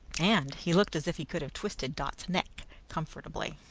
and he looked as if he could have twisted dot's neck comfortably.